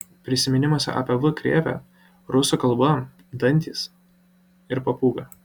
prisiminimuose apie v krėvę rusų kalba dantys ir papūga